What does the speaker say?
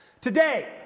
Today